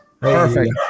Perfect